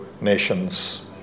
nation's